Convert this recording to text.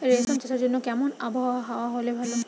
রেশম চাষের জন্য কেমন আবহাওয়া হাওয়া হলে ভালো?